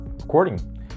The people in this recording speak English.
recording